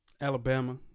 Alabama